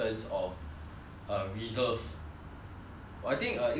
I think uh 一个东西 that 真的是 err surprise me ah